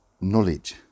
knowledge